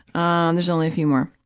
ah and there's only a few more.